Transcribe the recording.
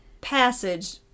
passage